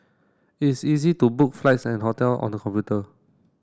it is easy to book flights and hotel on the computer